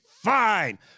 fine